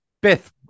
Beth